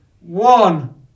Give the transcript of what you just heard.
One